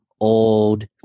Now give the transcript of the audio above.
old